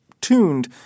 tuned